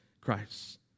Christ